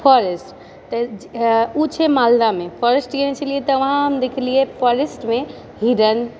forest तऽ ओ छै मालदामे फोरेस्ट गेल छलिए तऽ वहाँ हम देखलिए फोरेस्टमे हिरन